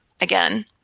again